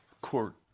court